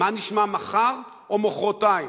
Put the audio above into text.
מה נשמע מחר או מחרתיים.